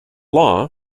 law